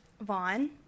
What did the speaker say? Vaughn